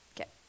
Okay